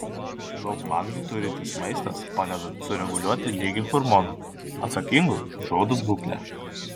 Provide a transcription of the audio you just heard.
daug magnio turintis maistas padeda sureguliuoti lygį hormonų atsakingų už odos būklę